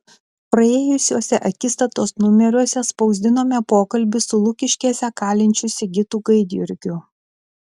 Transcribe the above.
praėjusiuose akistatos numeriuose spausdinome pokalbį su lukiškėse kalinčiu sigitu gaidjurgiu